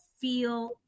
feel